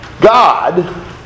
God